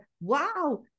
Wow